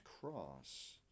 cross